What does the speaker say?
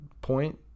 point